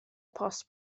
post